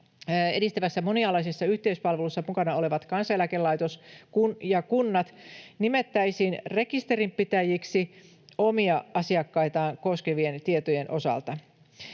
edistävässä monialaisessa yhteispalvelussa mukana olevat Kansaneläkelaitos ja kunnat nimettäisiin rekisterinpitäjiksi omia asiakkaitaan koskevien tietojen osalta.